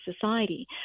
society